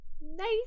Nice